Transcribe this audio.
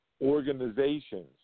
Organizations